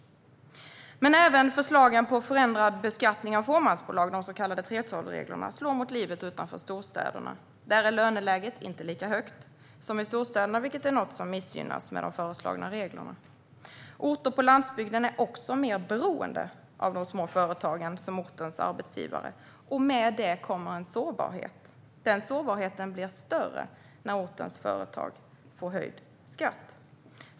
Även förslagen på förändrad beskattning av fåmansbolag, de så kallade 3:12-reglerna, slår mot livet utanför storstäderna. Där är löneläget inte lika högt som i storstäderna, vilket är något som missgynnas med de föreslagna reglerna. Orter på landsbygden är också mer beroende av de små företagen som arbetsgivare. Med det kommer en sårbarhet. Den sårbarheten blir större när ortens företag får höjd skatt.